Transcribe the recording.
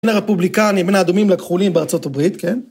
בין הרפובליקנים, בין האדומים לכחולים בארה״ב, כן?